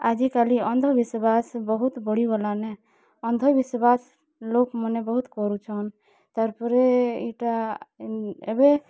ଆଜିକାଲି ଅନ୍ଧବିଶ୍ଵାସ୍ ବହୁତ୍ ବଢ଼ିଗଲାନେ ଅନ୍ଧବିଶ୍ଵାସ୍ ଲୋକ୍ମାନେ ବହୁତ୍ କରୁଛନ୍ ତାର୍ ପରେ ଇଟା ଏବେ